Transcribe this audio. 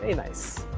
yeah nice.